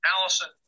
Allison